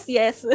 yes